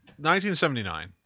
1979